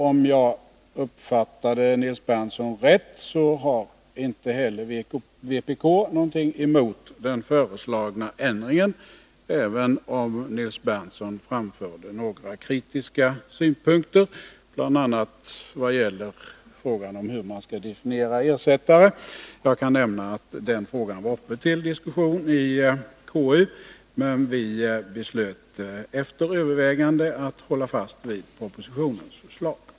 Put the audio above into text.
Om jag uppfattade Nils Berndtson rätt, så har inte heller vpk någonting emot den föreslagna ändringen, även om Nils Berndtson framförde några kritiska synpunkter, bl.a. vad gäller frågan om hur man skall definiera begreppet ersättare. Jag kan nämna att den frågan var uppe till diskussion i konstitutionsutskottet, men vi beslöt efter överväganden att hålla fast vid propositionens förslag.